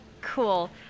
Cool